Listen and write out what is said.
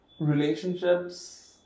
Relationships